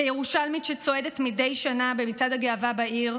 כירושלמית שצועדת מדי שנה במצעד הגאווה בעיר,